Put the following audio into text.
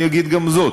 אני אגיד גם זאת.